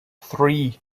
three